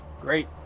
Great